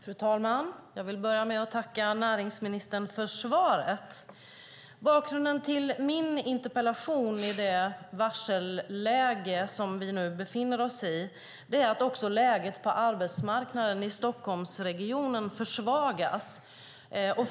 Fru talman! Jag vill börja med att tacka näringsministern för svaret. Bakgrunden till min interpellation är det varselläge som vi nu befinner oss i och att läget på arbetsmarknaden också i Stockholmsregionen försvagas.